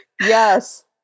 Yes